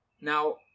Now